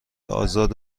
آزاد